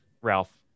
Ralph